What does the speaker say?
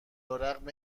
رغم